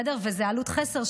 וזאת עלות חסר,